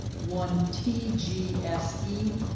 one t g s e,